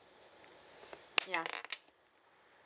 ya